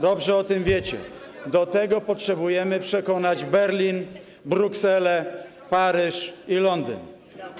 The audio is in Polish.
dobrze o tym wiece, do tego potrzebujemy przekonać Berlin, Brukselę, Paryż i Londyn.